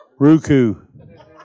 Ruku